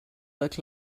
look